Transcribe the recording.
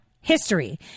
history